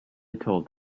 told